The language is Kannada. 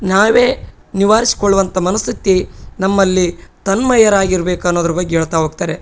ನಾವೇ ನಿವಾರಿಸಿಕೊಳ್ಳುವಂಥ ಮನಃಶಕ್ತಿ ನಮ್ಮಲ್ಲಿ ತನ್ಮಯರಾಗಿರಬೇಕು ಅನ್ನೋದ್ರ ಬಗ್ಗೆ ಹೇಳ್ತಾ ಹೋಗ್ತಾರೆ